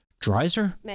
Dreiser